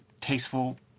tasteful